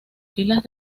filas